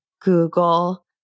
Google